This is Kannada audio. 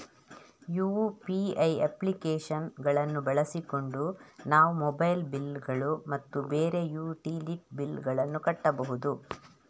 ಯು.ಪಿ.ಐ ಅಪ್ಲಿಕೇಶನ್ ಗಳನ್ನು ಬಳಸಿಕೊಂಡು ನಾವು ಮೊಬೈಲ್ ಬಿಲ್ ಗಳು ಮತ್ತು ಬೇರೆ ಯುಟಿಲಿಟಿ ಬಿಲ್ ಗಳನ್ನು ಕಟ್ಟಬಹುದು